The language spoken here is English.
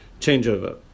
changeover